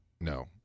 No